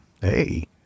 Hey